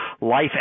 life